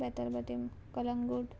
Betalbatim Calangute